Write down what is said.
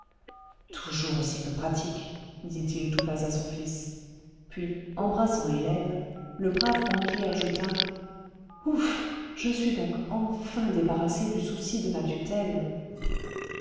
toujours aussi peu pratique dit-il tout bas à son fils puis embrassant hélène le brave banquier ajouta ouf je suis donc enfin débarrassé du souci de ma tutelle